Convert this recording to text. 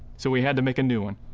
so we had to make a new one.